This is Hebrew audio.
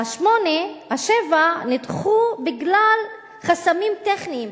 השבע אלה נדחו בגלל חסמים טכניים,